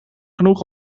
genoeg